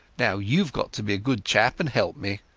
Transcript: now youave got to be a good chap and help me.